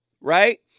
right